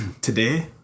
today